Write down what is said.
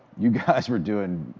you guys were doing,